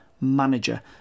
manager